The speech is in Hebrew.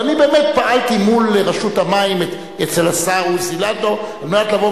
ואני באמת פעלתי מול רשות המים אצל השר עוזי לנדאו כדי לבוא